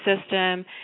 system